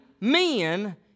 men